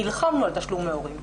נלחמנו על תשלומי ההורים,